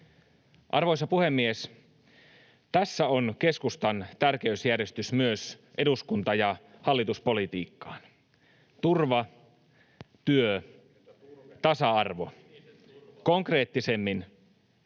Arvoisa puhemies! Tässä on keskustan tärkeysjärjestys myös eduskunta- ja hallituspolitiikkaan: turva, työ, tasa-arvo.